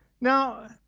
Now